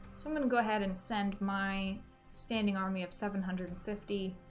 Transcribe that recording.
so i'm gonna go ahead and send my standing army up seven hundred and fifty